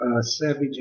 savage